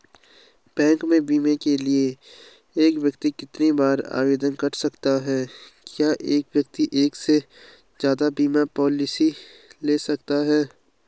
Bank में बीमे के लिए एक व्यक्ति कितनी बार आवेदन कर सकता है क्या एक व्यक्ति एक से ज़्यादा बीमा पॉलिसी ले सकता है?